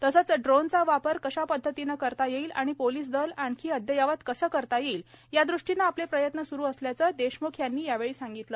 तसंच ड्रोनचा वापर कशा पद्धतीने करता येईल आणि पोलीस दल आणखी अदययावत कसे करता येईल या दृष्टीनं आपले प्रयत्न सुरू असल्याचं देशम्ख यांनी सांगितलं